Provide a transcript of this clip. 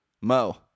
Mo